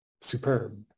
superb